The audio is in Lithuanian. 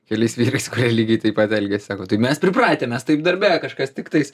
keliais vyrais kurie lygiai taip pat elgiasi tai mes pripratę mes taip darbe kažkas tiktais